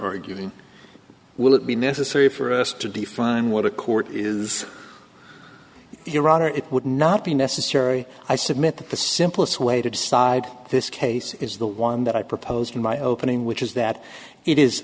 doing will it be necessary for us to define what a court is your honor it would not be necessary i submit that the simplest way to decide this case is the one that i proposed in my opening which is that it is